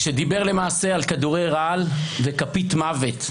שדיבר למעשה על כדורי רעל וכפית מוות.